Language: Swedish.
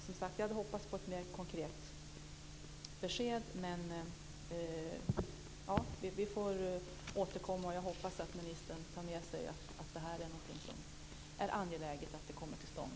Som sagt, jag hade hoppats på ett mer konkret besked, men vi får återkomma. Jag hoppas att ministern tar med sig att det här är något som är angeläget och bör komma till stånd.